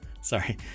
Sorry